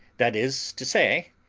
that is to say,